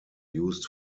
used